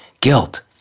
guilt